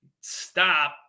stop